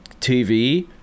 TV